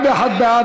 41 בעד,